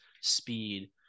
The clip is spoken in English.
speed